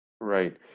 Right